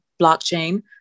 blockchain